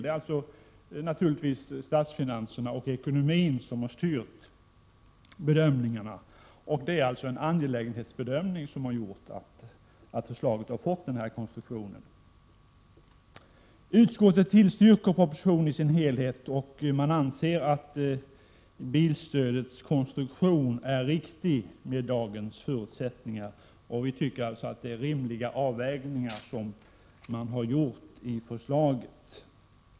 Statsfinanserna och ekonomin har således styrt den bedömning som ligger till grund för den utformning bilstödet har fått. Utskottet tillstyrker propositionen i dess helhet och anser att bilstödets konstruktion är riktig med dagens förutsättningar. Vi tycker alltså att det är rimliga avvägningar som gjorts i propositionen.